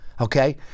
okay